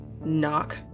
knock